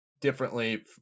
Differently